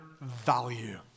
value